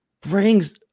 Brings